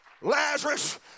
Lazarus